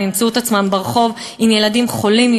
הן ימצאו עם עצמן ברחוב עם ילדים חולים,